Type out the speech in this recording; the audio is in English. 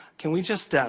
can we just